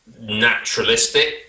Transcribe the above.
naturalistic